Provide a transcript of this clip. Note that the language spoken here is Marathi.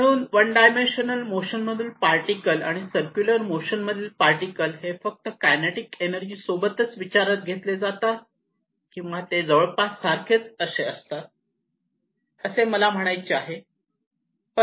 म्हणून वन डायमेन्शनल मोशन मधील पार्टिकल आणि सर्क्युलर मोशन मधील पार्टिकल हे फक्त कायनेटिक एनर्जी सोबत विचारात घेतले जातात किंवा ते जवळपास सारखेच असतात असे मला म्हणायचे आहे